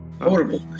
Horrible